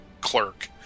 clerk